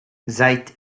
seit